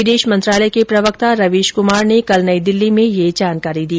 विदेश मंत्रालय के प्रवक्ता रवीश कमार ने कल नई दिल्ली में ये जानकारी दी